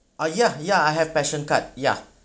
ah ya ya I have passion card ya